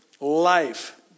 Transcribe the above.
life